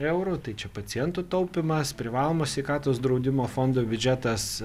eurų tai čia pacientų taupymas privalomo sveikatos draudimo fondo biudžetas